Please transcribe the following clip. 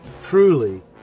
truly